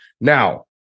Now